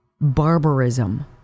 barbarism